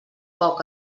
poc